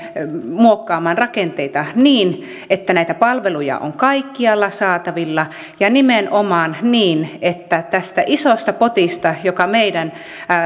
muokkaamaan rakenteita niin että näitä palveluja on kaikkialla saatavilla ja nimenomaan niin että tästä isosta potista joka meidän